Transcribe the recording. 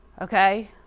Okay